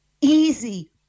easy